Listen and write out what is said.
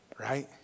right